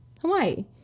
Hawaii